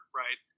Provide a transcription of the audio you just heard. right